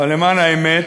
אבל למען האמת,